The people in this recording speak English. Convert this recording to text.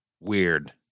Weird